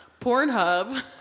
Pornhub